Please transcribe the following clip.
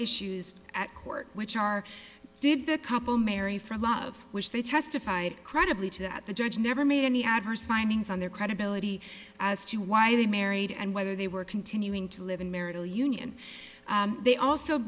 issues at court which are did the couple marry for love which they testified credibly to that the judge never made any adverse findings on their credibility as to why they married and whether they were continuing to live in marital union they also